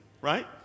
right